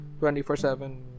24-7